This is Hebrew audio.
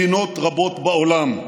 מדינות רבות בעולם,